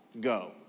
go